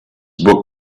book